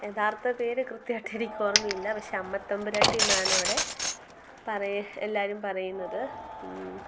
യഥാർത്ഥ പേര് കൃത്യമായിട്ട് എനിക്ക് ഓർമ്മയില്ല പക്ഷെ അമ്മ തമ്പുരാട്ടി എന്നാണ് അവിടെ പറയുക എല്ലാവരും പറയുന്നത്